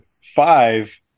five